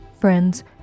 Friends